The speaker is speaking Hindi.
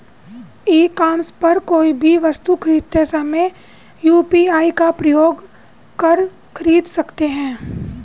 ई कॉमर्स पर कोई भी वस्तु खरीदते समय यू.पी.आई का प्रयोग कर खरीद सकते हैं